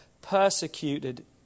persecuted